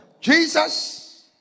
Jesus